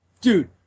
Dude